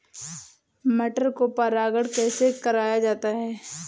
मटर को परागण कैसे कराया जाता है?